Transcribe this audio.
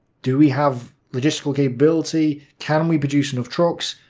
do we have logistical capability? can we produce enough trucks?